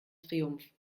triumph